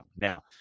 Now